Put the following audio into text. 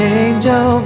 angel